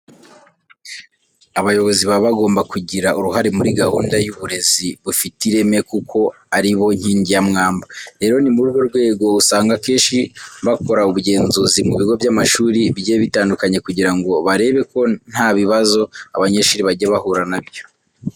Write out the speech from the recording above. Abayobozi baba bagomba kugira uruhare muri gahunda y'uburezi bufite ireme kuko ari bo nkingi ya mwamba. Rero ni muri urwo rwego usanga akenshi bakora ubugenzuzi mu bigo by'amashuri bigiye bitandukanye kugira ngo barebe ko nta bibazo abanyeshuri bajya bahura na byo.